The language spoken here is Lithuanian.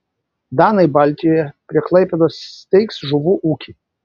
danai baltijoje prie klaipėdos steigs žuvų ūkį